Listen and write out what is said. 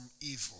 evil